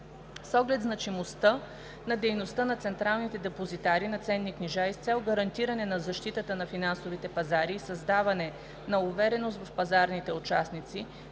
с оглед значимостта на дейността на централните депозитари на ценни книжа и с цел гарантиране на защитата на финансовите пазари и създаване на увереност в пазарните участници,